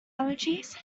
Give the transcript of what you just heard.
allergies